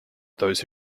those